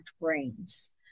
brains